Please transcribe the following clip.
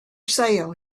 sale